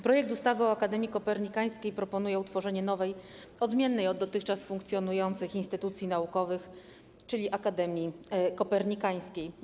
Projekt ustawy o Akademii Kopernikańskiej proponuje utworzenie nowej, odmiennej od dotychczas funkcjonujących instytucji naukowej, czyli Akademii Kopernikańskiej.